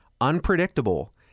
unpredictable